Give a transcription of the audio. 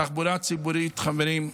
תחבורה ציבורית, חברים,